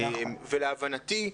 להבנתי,